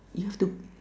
you have to